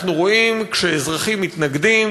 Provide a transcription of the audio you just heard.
אנחנו רואים: כשאזרחים מתנגדים,